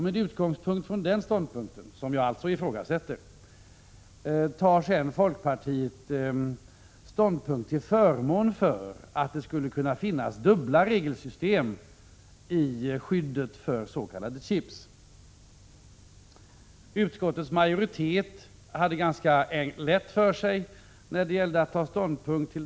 Med utgångspunkt i denna ståndpunkt, som jag alltså ifrågasätter, tar folkpartiet ställning till förmån för att det skulle kunna finnas dubbla regelsystem i skyddet för s.k. chips. Utskottets majoritet kunde lätt bemöta denna uppfattning.